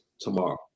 tomorrow